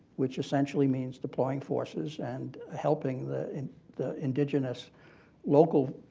which essentially means deploying forces and helping the the indigenous locals